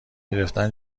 گرفتن